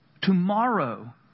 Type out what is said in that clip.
Tomorrow